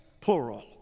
plural